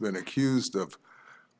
been accused of